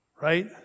Right